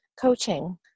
coaching